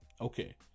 Okay